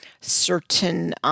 certain